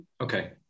Okay